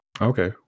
okay